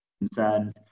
concerns